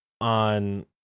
on